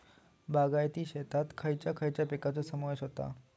बागायती शेतात खयच्या खयच्या पिकांचो समावेश होता?